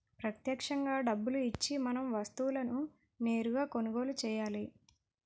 ప్రత్యక్షంగా డబ్బులు ఇచ్చి మనం వస్తువులను నేరుగా కొనుగోలు చేయాలి